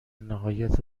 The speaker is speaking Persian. نهایت